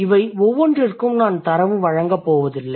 இவை ஒவ்வொன்றிற்கும் நான் தரவு வழங்கப்போவதில்லை